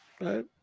right